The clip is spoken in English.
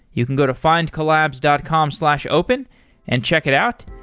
you can go to findcollabs dot com slash open and check it out,